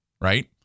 Right